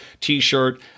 T-shirt